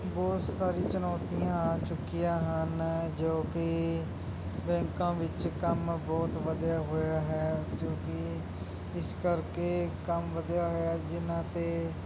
ਬਹੁਤ ਸਾਰੀ ਚੁਣੌਤੀਆਂ ਆ ਚੁੱਕੀਆਂ ਹਨ ਜੋ ਕਿ ਬੈਂਕਾਂ ਵਿੱਚ ਕੰਮ ਬਹੁਤ ਵਧਿਆ ਹੋਇਆ ਹੈ ਜੋ ਕਿ ਇਸ ਕਰਕੇ ਕੰਮ ਵਧਿਆ ਹੋਇਆ ਜਿਹਨਾਂ 'ਤੇ